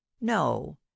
no